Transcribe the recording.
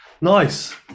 Nice